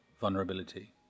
vulnerability